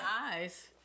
eyes